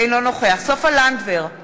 אינו נוכח סופה לנדבר,